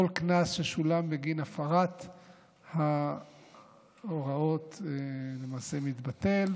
כל קנס ששולם בגין הפרת ההוראות למעשה מתבטל,